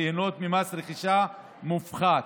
ליהנות ממס רכישה מופחת,